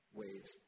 waves